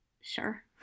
sure